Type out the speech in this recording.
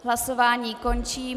Hlasování končím.